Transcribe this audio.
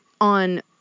on